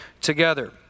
together